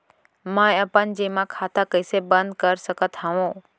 मै अपन जेमा खाता कइसे बन्द कर सकत हओं?